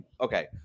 okay